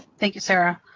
thank you, sarah.